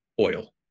oil